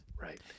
Right